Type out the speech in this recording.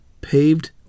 paved